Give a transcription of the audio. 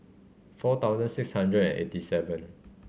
four thousand six hundred and eighty seven